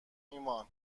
ایمان